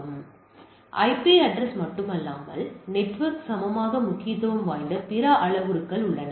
எனவே IP address மட்டுமல்லாமல் network சமமாக முக்கியத்துவம் வாய்ந்த பிற அளவுருக்கள் உள்ளன